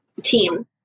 team